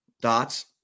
Dots